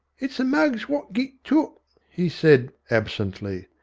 it's the mugs wot git took he said, absently.